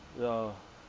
ya